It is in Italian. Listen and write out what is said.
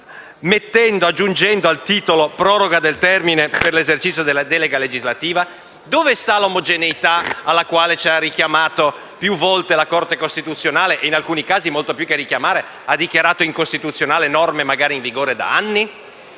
pur aggiungendo al titolo: «proroga del termine per l'esercizio della delega legislativa»? Dove sta l'omogeneità alla quale ci ha richiamato più volte la Corte costituzionale che, in alcuni casi, ha fatto anche di più dichiarando incostituzionali norme in vigore da anni?